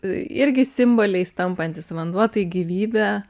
irgi simboliais tampantis vanduo tai gyvybė